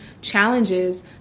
challenges